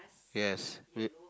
yes with~